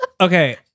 Okay